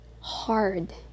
hard